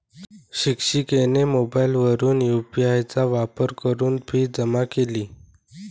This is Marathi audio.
शिक्षिकेने मोबाईलवरून यू.पी.आय चा वापर करून फी जमा केली